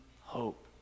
hope